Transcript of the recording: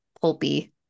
pulpy